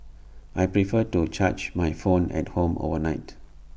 I prefer to charge my phone at home overnight